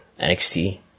NXT